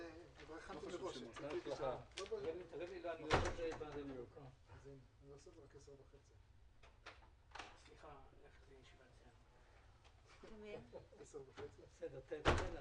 12:50.